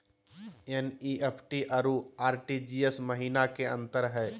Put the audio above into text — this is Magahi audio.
एन.ई.एफ.टी अरु आर.टी.जी.एस महिना का अंतर हई?